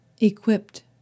equipped